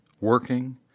working